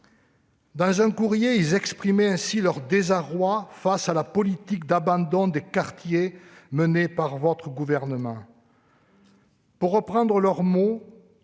Dans un courrier, ils exprimaient ainsi leur désarroi face à la politique d'abandon des quartiers menée par votre gouvernement :« Il serait